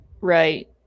right